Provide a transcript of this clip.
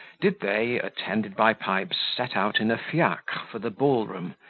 did they, attended by pipes, set out in a fiacre for the ball-room,